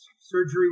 surgery